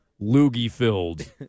loogie-filled